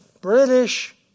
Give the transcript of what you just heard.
British